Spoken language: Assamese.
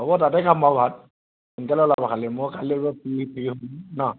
হ'ব তাতে খাম বাৰু ভাত সোনকালে ওলাবা খালী মই কাইলৈ বাও ফ্ৰী ফ্ৰী হ'ম ন